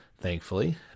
Thankfully